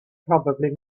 probably